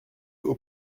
aux